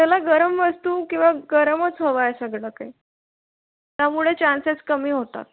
त्याला गरम वस्तू किंवा गरमच हवा आहे सगळं काही त्यामुळे चान्सेस कमी होतात